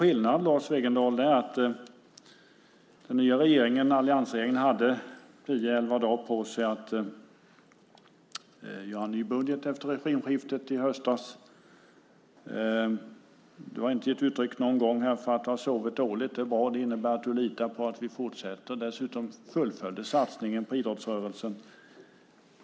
Skillnaden, Lars Wegendal, är att den nya regeringen hade tio elva dagar på sig att göra en ny budget efter regimskiftet i höstas. Du har inte någon gång här gett uttryck för att du har sovit dåligt, och det är bra. Det innebär att du litar på att vi fortsätter. Dessutom fullföljdes satsningen på idrottsrörelsen.